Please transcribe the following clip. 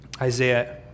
Isaiah